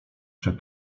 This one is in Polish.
czy